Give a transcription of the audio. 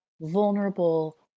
vulnerable